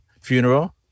funeral